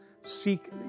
seek